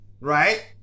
right